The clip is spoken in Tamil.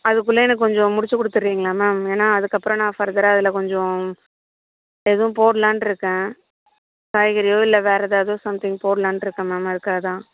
அதுக்குள்ள எனக்கு கொஞ்சம் முடிச்சு கொடுத்துட்றிங்களா மேம் ஏன்னா அதுக்கப்புறம் நான் ஃபர்தரா அதில் கொஞ்சம் எதுவும் போடலான்ட்டிருக்கேன் காய்கறியோ இல்லை வேற ஏதாதோ சம்திங் போடலாம்னு இருக்கேன் மேம் அதுக்காகதான்